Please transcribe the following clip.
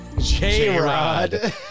J-Rod